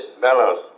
Bellows